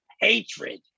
hatred